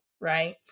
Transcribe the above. right